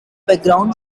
background